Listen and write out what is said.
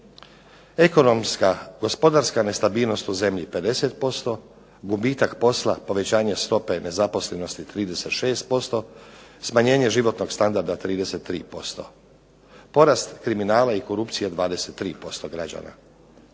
"Ekonomska, gospodarska stabilnost u zemlji 50%, gubitak posla, povećanje stope nezaposlenosti 36%, smanjenje životnog standarda 33%, porast kriminala i korupcije 23% građana"